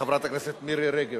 חברת הכנסת מירי רגב,